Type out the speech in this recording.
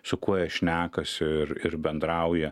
su kuo jie šnekasi ir ir bendrauja